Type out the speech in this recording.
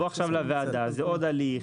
לבוא עכשיו לוועדה, זה עוד הליך.